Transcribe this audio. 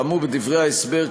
כאמור בדברי ההסבר,